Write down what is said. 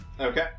Okay